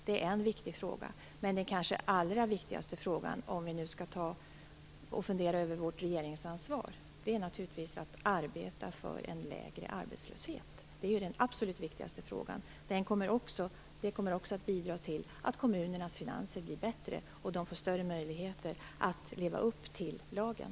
Det är en viktig fråga, men den kanske allra viktigaste frågan, om vi skall fundera över vårt regeringsansvar, är naturligtvis att arbeta för en lägre arbetslöshet. Det är ju den absolut viktigaste frågan. Det kommer också att bidra till att kommunernas finanser blir bättre. Då får de större möjligheter att leva upp till lagen.